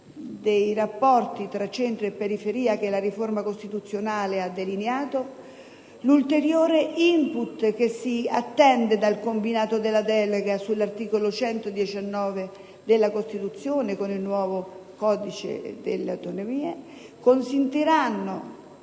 dei rapporti tra centro e periferia che la riforma costituzionale ha delineato e l'ulteriore *input* che si attende dal combinato della delega sull'articolo 119 della Costituzione con il nuovo codice delle autonomie consentiranno